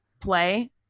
play